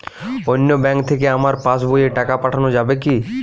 অন্য ব্যাঙ্ক থেকে আমার পাশবইয়ে টাকা পাঠানো যাবে কি?